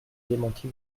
démenti